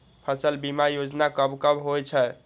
फसल बीमा योजना कब कब होय छै?